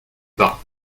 pas